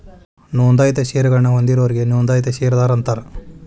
ನೋಂದಾಯಿತ ಷೇರಗಳನ್ನ ಹೊಂದಿದೋರಿಗಿ ನೋಂದಾಯಿತ ಷೇರದಾರ ಅಂತಾರ